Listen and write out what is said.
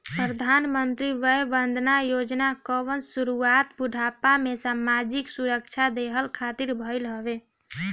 प्रधानमंत्री वय वंदना योजना कअ शुरुआत बुढ़ापा में सामाजिक सुरक्षा देहला खातिर भईल हवे